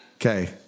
Okay